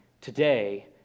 today